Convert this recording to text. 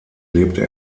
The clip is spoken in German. lebte